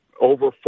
over